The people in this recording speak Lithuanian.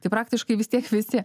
tai praktiškai vis tiek visi